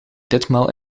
ditmaal